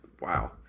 Wow